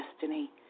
destiny